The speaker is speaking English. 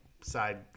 side